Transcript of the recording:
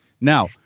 Now